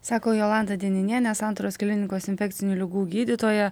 sako jolanta dieninienė santaros klinikos infekcinių ligų gydytoja